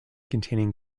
containing